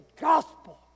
gospel